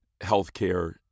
healthcare